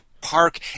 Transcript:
park